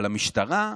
אבל המשטרה,